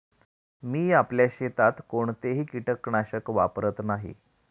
मी आपल्या शेतात कोणतेही कीटकनाशक वापरत नाही